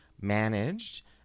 managed